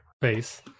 face